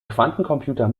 quantencomputer